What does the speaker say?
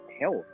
health